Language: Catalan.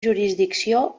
jurisdicció